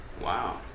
Wow